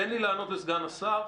תן לי לענות לסגן השר.